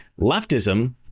Leftism